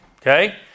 Okay